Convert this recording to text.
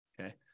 Okay